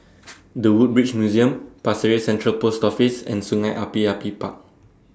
The Woodbridge Museum Pasir Ris Central Post Office and Sungei Api Api Park